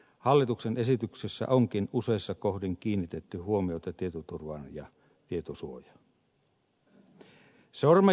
hallituksen esityksessä onkin useissa kohdin kiinnitetty huomiota tietoturvaan ja tietosuojaan